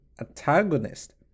antagonist